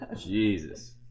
Jesus